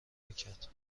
میکرد